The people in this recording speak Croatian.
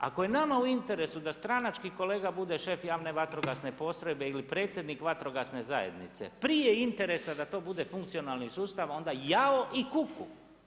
Ako je nama u interesu da stranački kolega bude šef javne vatrogasne postrojbe ili predsjednik vatrogasne zajednice prije interesa da to bude funkcionalni sustav, onda jao i kuku.